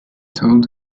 told